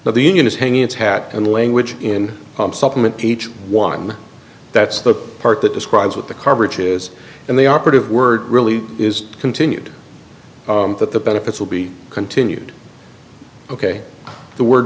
but the union is hang its hat and the language in supplement each one that's the part that describes what the coverage is and the operative word really is continued that the benefits will be continued ok the word